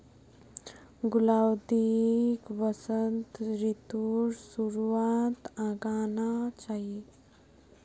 गुलाउदीक वसंत ऋतुर शुरुआत्त उगाना चाहिऐ